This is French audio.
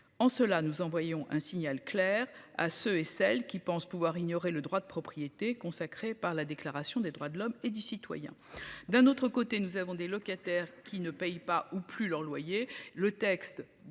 En cela, nous envoyons un signal clair à ceux et celles qui pensent pouvoir ignorer le droit de propriété consacrés par la déclaration des droits de l'homme et du citoyen d'un autre côté nous avons des locataires qui ne payent pas, ou plus leur loyer le texte